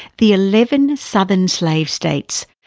the eleven southern slave states,